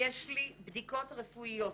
יש לי בדיקות רפואיות,